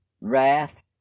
wrath